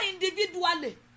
individually